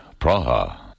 Praha